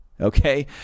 okay